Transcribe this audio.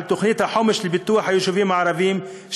תוכנית החומש לפיתוח היישובים הערביים,